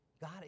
God